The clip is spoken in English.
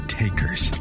takers